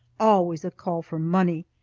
always a call for money,